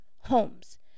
homes